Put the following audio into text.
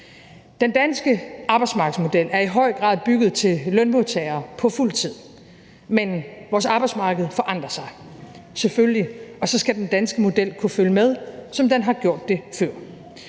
Den danske arbejdsmarkedsmodel er i høj grad bygget til lønmodtagere på fuld tid, men vores arbejdsmarked forandrer sig, selvfølgelig, og så skal den danske model kunne følge med, som den har gjort det før.